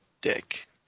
dick